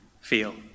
feel